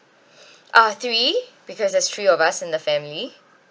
uh three because there's three of us in the family